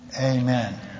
amen